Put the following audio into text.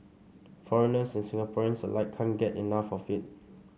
foreigners and Singaporeans alike can't get enough of it